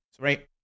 right